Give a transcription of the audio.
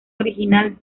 original